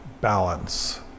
balance